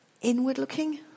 inward-looking